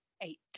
eight